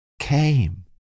came